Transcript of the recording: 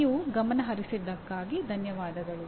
ನೀವು ಗಮನಹರಿಸಿದ್ದಕ್ಕಾಗಿ ಧನ್ಯವಾದಗಳು